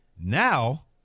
Now